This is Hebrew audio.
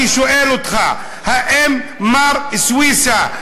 אני שואל אותך: האם מר סויסה,